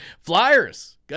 Flyers